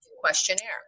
questionnaire